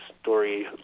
story